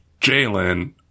jalen